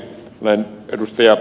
olen ed